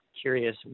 curious